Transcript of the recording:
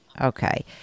Okay